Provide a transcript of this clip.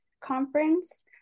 conference